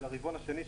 של הרבעון השני,